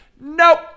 nope